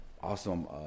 awesome